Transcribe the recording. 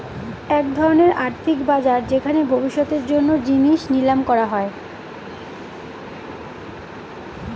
এক ধরনের আর্থিক বাজার যেখানে ভবিষ্যতের জন্য জিনিস নিলাম করা হয়